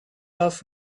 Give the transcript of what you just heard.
off